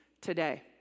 today